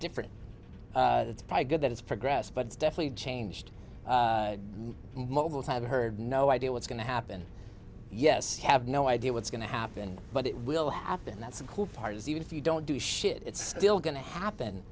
different it's pretty good that it's progress but it's definitely changed mobiles have heard no idea what's going to happen yes have no idea what's going to happen but it will happen that's the cool part is even if you don't do shit it's still going to happen